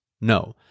no